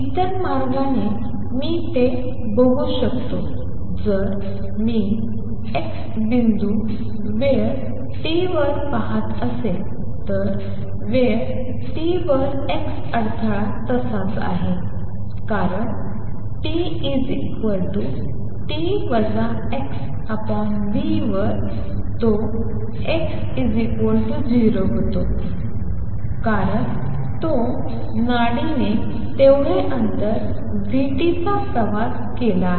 इतर मार्गाने मी ते बघू शकतो जर मी x बिंदू वेळ t वर पहात असेल तर वेळ t वर x अडथळा तसाच आहे कारण t t x v वर तो x 0 होता कारण तो नाडीने तेवढे अंतर v t चा प्रवास केला आहे